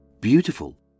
beautiful